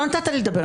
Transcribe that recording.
לא נתת לי לדבר.